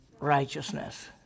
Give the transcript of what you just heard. Righteousness